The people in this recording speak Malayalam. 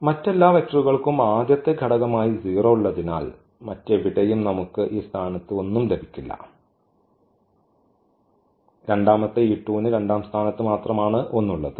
മറ്റെല്ലാ വെക്റ്ററുകൾക്കും ആദ്യത്തെ ഘടകമായി 0 ഉള്ളതിനാൽ മറ്റെവിടെയും നമുക്ക് ഈ സ്ഥാനത്ത് ഒന്നും ലഭിക്കില്ല രണ്ടാമത്തെ ന് രണ്ടാം സ്ഥാനത്ത് മാത്രമാണ് 1 ഉള്ളത്